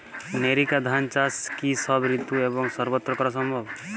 NERICA ধান চাষ কি সব ঋতু এবং সবত্র করা সম্ভব?